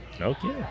okay